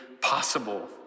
possible